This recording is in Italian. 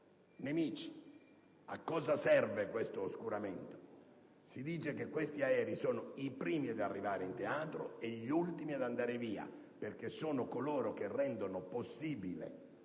nemici. A cosa serve questo oscuramento? Si dice che questi aerei sono i primi ad arrivare in teatro e gli ultimi ad andare via, perché sono quelli che rendono possibile